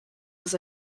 was